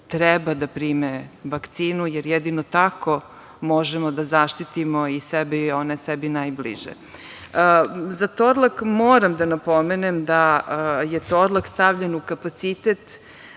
treba da prime vakcinu, jer jedino tako možemo da zaštitimo sebe i one sebi najbliže.Za „Torlak“ moram da napomenem da je „Torlak“ stavljen u kapacitet